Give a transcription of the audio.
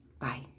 Bye